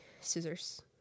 scissors